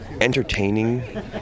entertaining